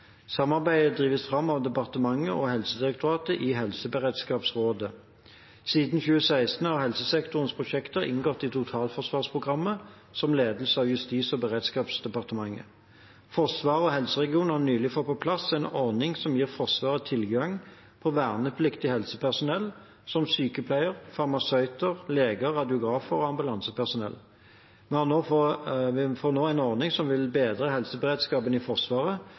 Samarbeidet drives fram av departementet og Helsedirektoratet i Helseberedskapsrådet. Siden 2016 har helsesektorens prosjekter inngått i Totalforsvarsprogrammet, som ledes av Justis- og beredskapsdepartementet. Forsvaret og helseregionene har nylig fått på plass en ordning som gir Forsvaret tilgang på vernepliktig helsepersonell, som sykepleiere, farmasøyter, leger, radiografer og ambulansepersonell. Vi får nå en ordning som vil bedre helseberedskapen i Forsvaret,